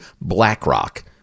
BlackRock